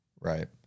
Right